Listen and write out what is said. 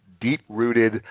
deep-rooted